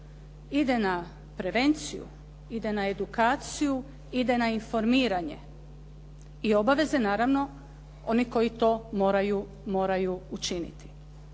ide na prevenciju, ide na edukaciju, ide na informiranje i obaveze naravno onih koji to moraju učiniti.